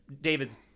David's